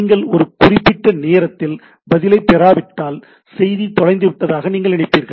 நீங்கள் ஒரு குறிப்பிட்ட நேரத்தில் பதிலைப் பெறாவிட்டால் செய்தி தொலைந்துவிட்டதாக நீங்கள் நினைப்பீர்கள்